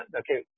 okay